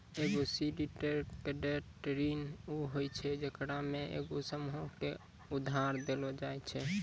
एगो सिंडिकेटेड ऋण उ होय छै जेकरा मे एगो समूहो के उधार देलो जाय छै